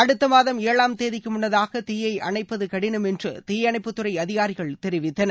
அடுத்த மாதம் ஏழாம் தேதிக்கு முன்னதாக தீயை அணைப்பது கடினம் என்று தீயணைப்பு துறை அதிகாரிகள் தெரிவித்தனர்